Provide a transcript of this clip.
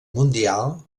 mundial